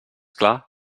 clar